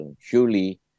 surely